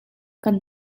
kan